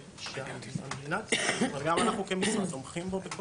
שהמדינה וגם אנחנו כמשרד תומכים בו.